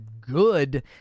good